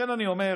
לכן אני אומר: